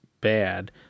bad